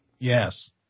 Yes